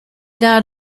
died